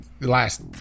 last